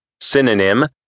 Synonym